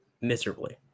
miserably